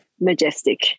majestic